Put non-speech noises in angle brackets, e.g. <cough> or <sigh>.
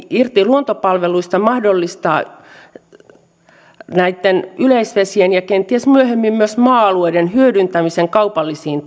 irti luontopalveluista mahdollistaa näitten yleisvesien ja kenties myöhemmin myös maa alueiden hyödyntämisen kaupallisiin <unintelligible>